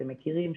אתם מכירים.